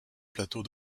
plateau